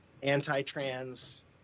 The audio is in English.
anti-trans